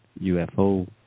UFO